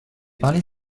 parlé